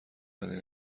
بدی